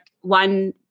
one